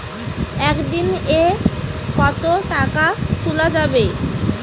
একদিন এ কতো টাকা তুলা যাবে?